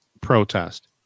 protest